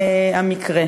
המקרה.